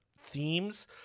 themes